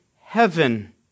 heaven